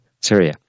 Syria